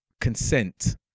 consent